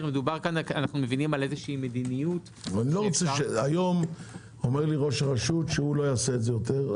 מדובר פה במדיניות- -- היום אומר לי ראש רשות שלא יעשה זאת יותר.